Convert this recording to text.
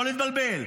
לא להתבלבל,